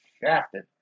shafted